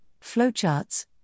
flowcharts